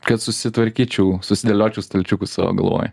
kad susitvarkyčiau susidėliočiau stalčiukus savo galvoj